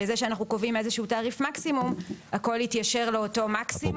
בזה שאנחנו קובעים איזשהו תעריף מקסימום הכל יתיישר לאותו מקסימום.